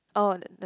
oh the the